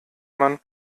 man